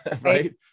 Right